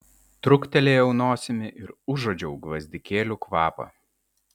truktelėjau nosimi ir užuodžiau gvazdikėlių kvapą